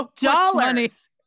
dollars